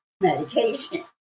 medication